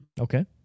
Okay